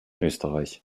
österreich